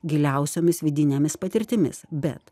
giliausiomis vidinėmis patirtimis bet